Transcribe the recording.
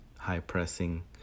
high-pressing